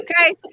Okay